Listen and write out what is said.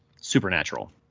supernatural